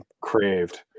craved